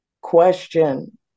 question